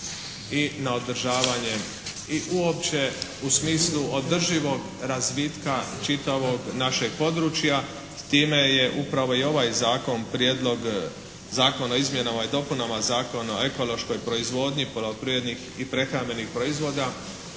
i na održavanje i uopće u smislu održivog razvitka čitavog našeg područja. Time je upravo i ovaj zakon, Prijedlog zakona o izmjenama i dopunama Zakona o ekološkoj proizvodnji poljoprivrednih i prehrambenih proizvoda